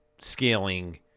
scaling